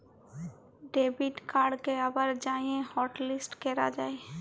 debit কাড়কে আবার যাঁয়ে হটলিস্ট ক্যরা যায়